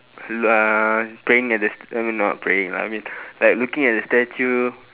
uh praying at the I mean not praying lah I mean like looking at statue